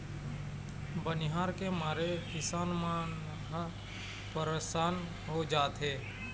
बनिहार के मारे किसान मन ह परसान हो जाथें